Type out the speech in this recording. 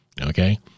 Okay